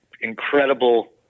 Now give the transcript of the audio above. incredible